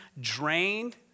drained